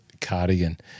cardigan